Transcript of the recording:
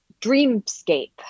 dreamscape